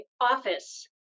office